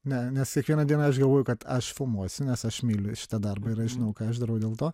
ne nes kiekvieną dieną aš galvoju kad aš filmuosiu nes aš myliu šitą darbą ir aš žinau ką aš darau dėl to